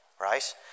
right